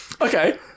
Okay